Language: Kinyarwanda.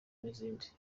n’izindi